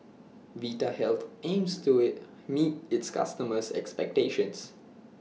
Vitahealth aims to IT meet its customers' expectations